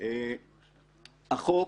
החוק